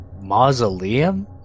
mausoleum